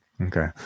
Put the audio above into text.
okay